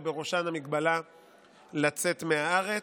ובראשן ההגבלה לצאת מהארץ,